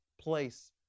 place